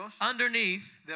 underneath